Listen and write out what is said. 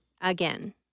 again